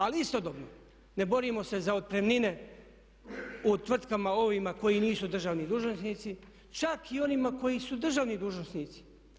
Ali istodobno ne borimo se za otpremnine u tvrtkama ovim koje nisu državni dužnosnici čak i onima koji su državni dužnosnici.